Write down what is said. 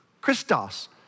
Christos